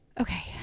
okay